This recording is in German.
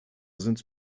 sind